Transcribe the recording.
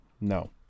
No